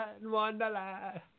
wonderland